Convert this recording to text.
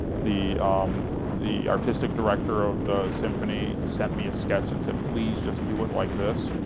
the um the artistic director of the symphony sent me a sketch and said, please, just do it like this.